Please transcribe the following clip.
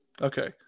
Okay